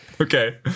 Okay